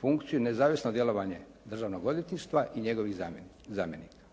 funkciju, nezavisno djelovanje Državnog odvjetništva i njegovih zamjenika.